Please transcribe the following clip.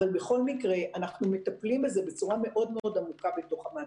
אבל בכל מקרה אנחנו מטפלים בזה בצורה מאוד-מאוד עמוקה בתוך המעטפת.